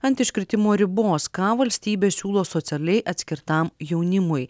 ant iškritimo ribos ką valstybė siūlo socialiai atskirtam jaunimui